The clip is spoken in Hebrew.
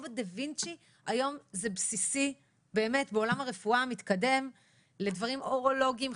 זה בסיסי היום בעולם הרפואה המתקדם לדברים אורולוגיים,